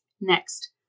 Next